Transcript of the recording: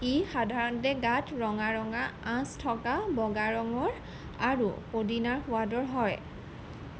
ই সাধাৰণতে গাত ৰঙা ৰঙা আঁচ থকা বগা ৰঙৰ আৰু পদিনাৰ সোৱাদৰ হয়